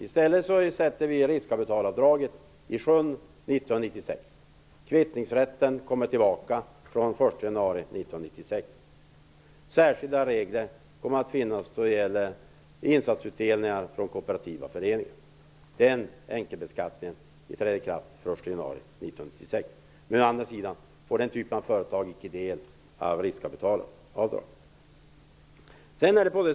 I stället sätter vi riskkapitalavdraget i sjön 1996. Kvittningsrätten kommer tillbaka från den 1 januari 1996. Särskilda regler kommer att finnas då det gäller insatsutdelningar från kooperativa föreningar. Den enkelbeskattningen träder i kraft den 1 januari 1996. Men å andra sidan får den typen av företag icke del av riskkapitalavdraget.